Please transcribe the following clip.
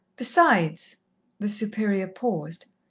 besides the superior paused.